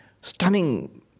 stunning